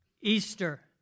Easter